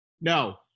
No